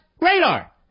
radar